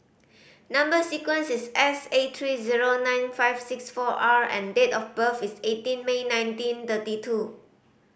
number sequence is S eight three zero nine five six four R and date of birth is eighteen May nineteen thirty two